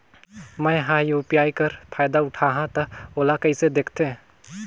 मैं ह यू.पी.आई कर फायदा उठाहा ता ओला कइसे दखथे?